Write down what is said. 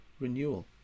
renewal